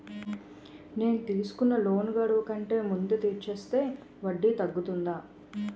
నేను తీసుకున్న లోన్ గడువు కంటే ముందే తీర్చేస్తే వడ్డీ తగ్గుతుందా?